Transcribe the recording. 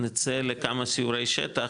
נצא לכמה סיורי שטח,